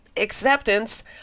Acceptance